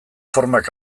formak